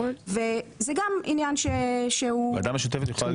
זה גם עניין שהוא --- ועדה משותפת יכולה